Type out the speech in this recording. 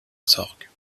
sorgue